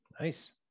Nice